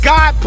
God